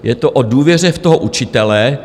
Je to o důvěře v toho učitele.